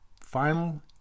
final